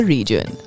Region